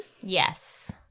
Yes